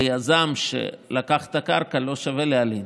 ליזם שלקח את הקרקע לא שווה להלין,